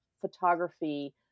photography